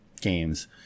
games